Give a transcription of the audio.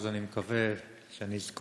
אז אני מקווה שאני אזכור.